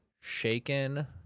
shaken